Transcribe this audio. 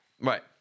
Right